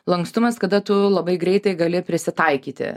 lankstumas kada tu labai greitai gali prisitaikyti